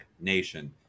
nation